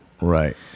Right